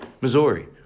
Missouri